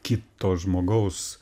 kito žmogaus